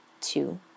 two